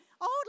old